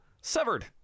severed